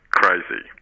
crazy